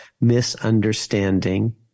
Misunderstanding